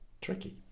Tricky